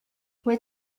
what